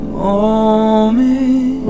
moment